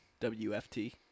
WFT